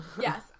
Yes